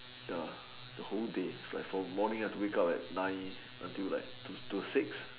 ya the whole day it's like from morning I have to wake up like nine until like to to six